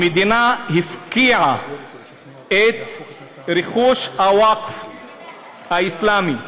המדינה הפקיעה את רכוש הווקף האסלאמי,